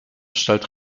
stellt